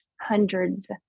hundreds